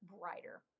brighter